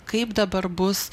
kaip dabar bus